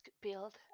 build